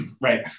right